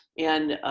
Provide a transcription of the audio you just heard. and